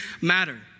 matter